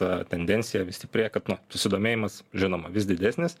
a tendencija vis stiprėja kad nu susidomėjimas žinoma vis didesnis